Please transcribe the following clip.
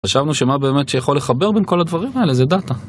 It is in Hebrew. חשבנו שמה באמת שיכול לחבר בין כל הדברים האלה זה דאטה.